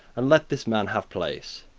and let this man have place.